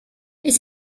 his